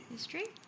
History